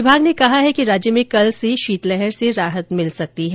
विभाग ने कहा है कि राज्य में कल से शीतलहर से राहत मिल सकती है